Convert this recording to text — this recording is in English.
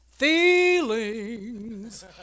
Feelings